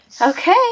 Okay